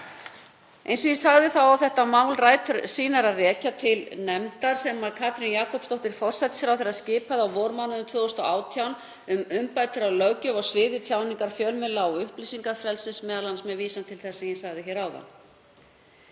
Eins og ég sagði þá á þetta mál rætur sínar að rekja til nefndar sem Katrín Jakobsdóttir forsætisráðherra skipaði á vormánuðum 2018 um umbætur á löggjöf á sviði tjáningar, fjölmiðla og upplýsingafrelsis, m.a. með vísun til þess sem ég sagði hér áðan.